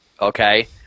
okay